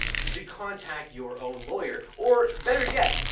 you should contact your own lawyer, or better yet,